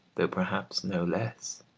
though perhaps no less.